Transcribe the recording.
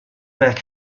back